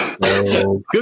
good